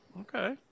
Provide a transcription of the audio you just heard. Okay